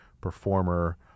performer